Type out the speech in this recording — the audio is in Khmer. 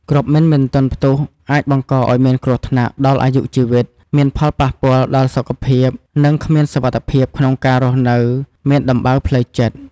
គ្រាប់មីនមិនទាន់ផ្ទុះ អាចបង្ករឲ្យមានគ្រោះថ្នាក់ដល់អាយុជីវិត មានផលបោះះពាល់ដល់សុខភាព និង គ្មានសុវត្ថិភាពក្នុងការរស់នៅ មានដំបៅផ្លូវចិត្ត។